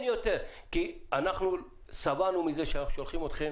אנחנו שבענו מזה שאנחנו שולחים אתכם,